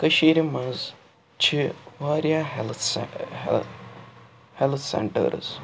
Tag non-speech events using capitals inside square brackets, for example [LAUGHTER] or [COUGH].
کٔشیٖرِ منٛز چھِ واریاہ ہٮ۪لٕتھ [UNINTELLIGIBLE] ہٮ۪لٕتھ سٮ۪نٛٹٲرٕس